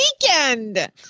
weekend